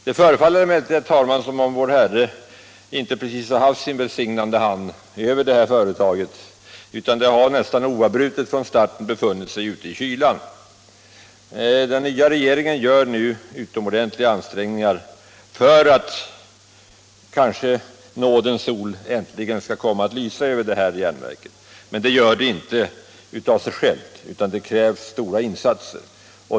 Det förefaller emellertid som om vår Herre inte precis hållit sin välsignande hand över detta företag. Det har nästan oavbrutet från starten befunnit sig ute i kylan. Den nya regeringen gör nu utomordentliga ansträngningar för att nådens sol äntligen skall komma att lysa över detta järnverk. Men det gör den inte av sig själv — det kräver stora insatser.